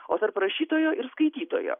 o tarp rašytojo ir skaitytojo